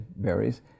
varies